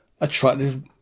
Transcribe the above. attractive